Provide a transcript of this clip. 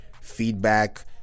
feedback